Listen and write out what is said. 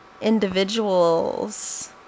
individuals